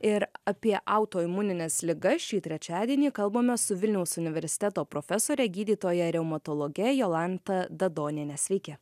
ir apie autoimunines ligas šį trečiadienį kalbame su vilniaus universiteto profesore gydytoja reumatologe jolanta dadoniene sveiki